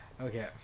Okay